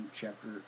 chapter